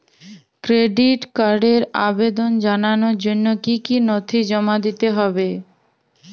Credit কার্ডের আবেদন জানানোর জন্য কী কী নথি জমা দিতে হবে?